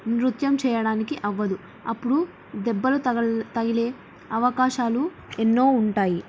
నృత్యం చేయడానికి అవ్వదు అప్పుడు దెబ్బలు తగ తగిలే అవకాశాలు ఎన్నో ఉంటాయి